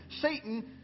Satan